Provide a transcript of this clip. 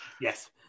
Yes